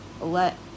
let